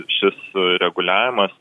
šis reguliavimas